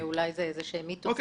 אולי זה איזה שהם מיתוסים.